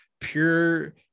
pure